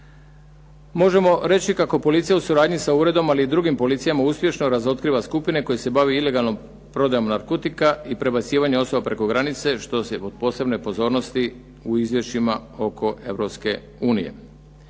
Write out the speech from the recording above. Možemo reći kako policija u suradnji sa uredom i drugim policijama uspješno razotkriva skupine koji se bave ilegalno prodajom narkotika i prebacivanjem osoba preko granice što je od posebne pozornosti u izvješćima oko